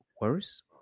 worse